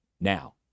Now